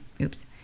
oops